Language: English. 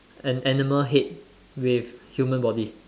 an an animal head with human body